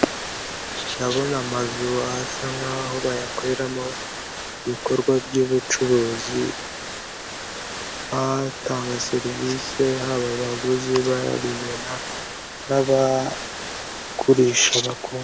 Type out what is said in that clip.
Ndabona amazu asa nkaho bayakoreramo ibikorwa by'ubucuruzi, batanga serivisi haba abaguzi babibona n'abagurisha bakora.